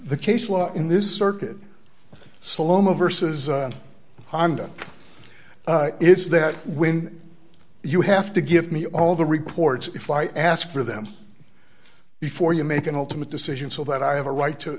law in this circuit slowmo versus honda is that when you have to give me all the records if i ask for them before you make an ultimate decision so that i have a right to